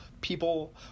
people